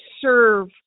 serve